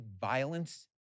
violence